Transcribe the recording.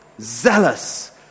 Zealous